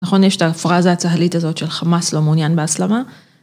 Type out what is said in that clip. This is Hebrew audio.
נכון יש את הפרזה הצהלית הזאת של חמאס לא מעוניין בהסלמה.